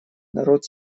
народ